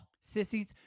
Sissies